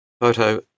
Photo